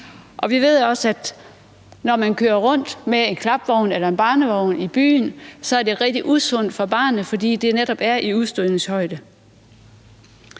Vi ved også, at når man går rundt med en klapvogn eller barnevogn i byen, er det rigtig usundt for barnet, fordi det netop er i højde